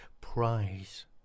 prize